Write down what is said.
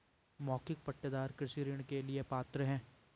मौखिक पट्टेदार कृषि ऋण के लिए पात्र हैं